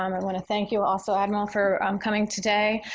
um i want to thank you also, admiral, for um coming today.